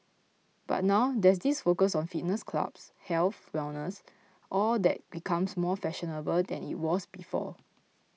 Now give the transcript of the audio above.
but now there's this focus on fitness clubs health wellness all that becomes more fashionable than it was before